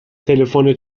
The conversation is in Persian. تلفن